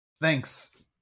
Thanks